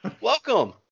Welcome